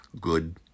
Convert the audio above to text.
good